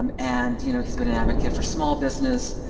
um and you know he's been an advocate for small business,